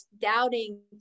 doubting